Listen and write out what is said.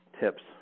tips